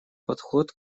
подход